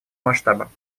масштаба